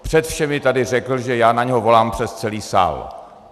Před všemi tady řekl, že já na něho volám přes celý sál.